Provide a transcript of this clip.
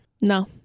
No